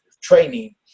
training